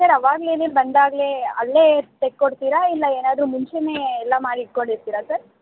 sir ಅವಾಗಲೇನೆ ಬಂದಾಗಲೇ ಅಲ್ಲೇ ತೆಕ್ಕೊಡ್ತೀರ ಇಲ್ಲ ಏನಾದ್ರೂ ಮುಂಚೇನೇ ಎಲ್ಲ ಮಾಡಿ ಇಟ್ಕೊಂಡು ಇರ್ತೀರಾ ಸರ್